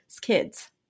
kids